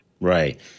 Right